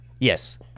Yes